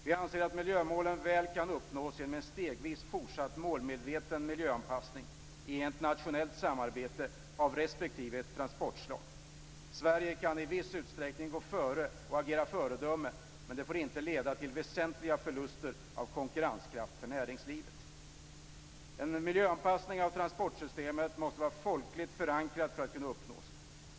Vi anser att miljömålen väl kan uppnås genom en stegvis och fortsatt målmedveten miljöanpassning i internationellt samarbete av respektive transportslag. Sverige kan i viss utsträckning gå före och agera föredöme, men det får inte leda till väsentliga förluster av konkurrenskraft för näringslivet. En miljöanpassning av transportsystemen måste vara folkligt förankrad för att kunna uppnås.